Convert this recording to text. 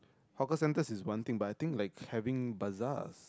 hawker centres is one thing but I think like having bazaars